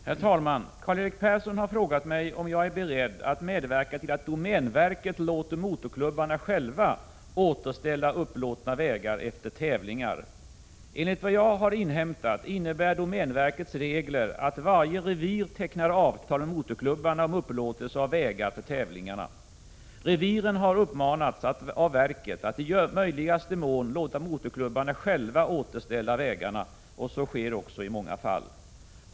Herr talman! Karl-Erik Persson har frågat mig om jag är beredd att medverka till att domänverket låter motorklubbarna själva återställa upplåtna vägar efter tävlingar. Enligt vad jag har inhämtat innebär domänverkets regler att varje revir tecknar avtal med motorklubbarna om upplåtelse av vägar för tävlingar. Reviren har uppmanats av verket att i möjligaste mån låta motorklubbarna själva återställa vägarna. Så sker också i många fall.